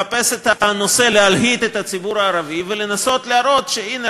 לחפש את הנושא להלהיט את הציבור הערבי ולנסות להראות שהנה,